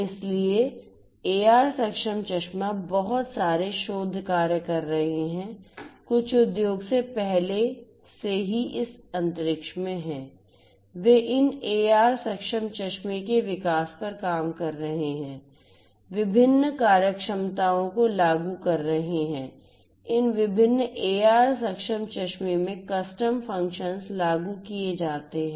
इसलिए AR सक्षम चश्मा बहुत सारे शोध कार्य कर रहे हैं कुछ उद्योग पहले से ही इस अंतरिक्ष में हैं वे इन AR सक्षम चश्मे के विकास पर काम कर रहे हैं विभिन्न कार्यक्षमताओं को लागू कर रहे हैं इन विभिन्न AR सक्षम चश्मे में कस्टम फंक्शंस लागू किए जाते हैं